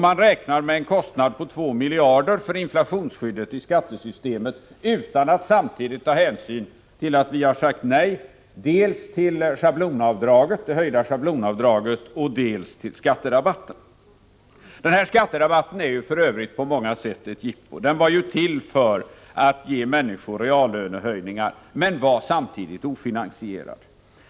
Man räknar med en kostnad på 2 miljarder för inflationsskyddet i skattesystemet utan att samtidigt ta hänsyn till att vi har sagt nej dels till det höjda schablonavdraget, dels till skatterabatten. Skatterabatten är för övrigt på många sätt ett jippo. Den var ju till för att ge människor reallönehöjningar, men den var samtidigt ofinansierad.